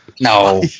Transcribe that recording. No